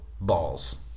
balls